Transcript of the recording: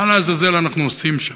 מה לעזאזל אנחנו עושים שם?